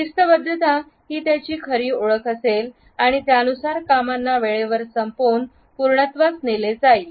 शिस्तबद्धता हि त्याची खरी ओळख असेल आणि त्यानुसार कामांना वेळेवर संपवून पूर्णत्वास नेले जाईल